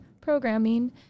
programming